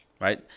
right